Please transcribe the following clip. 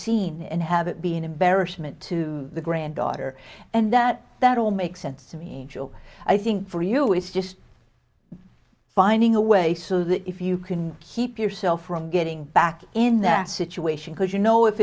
scene and have it be embarrassment to the granddaughter and that that all makes sense to me joe i think for you it's just finding a way so that if you can keep yourself from getting back in that situation because you know if